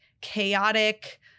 chaotic